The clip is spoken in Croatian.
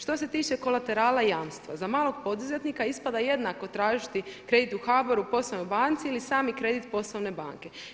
Što se tiče kolaterala i jamstva za malog poduzetnika ispada jednako tražiti kredit u HBOR-u poslovnoj banci ili sami kredit poslovne banke.